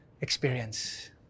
experience